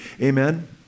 amen